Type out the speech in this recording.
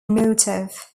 motive